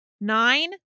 nine